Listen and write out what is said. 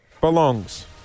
belongs